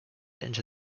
into